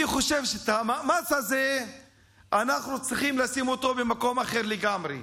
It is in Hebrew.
אני חושב שאת המאמץ הזה אנחנו צריכים לשים במקום אחר לגמרי,